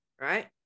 right